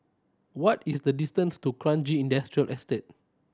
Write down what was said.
what is the distance to Kranji Industrial Estate